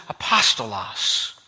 apostolos